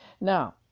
Now